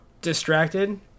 distracted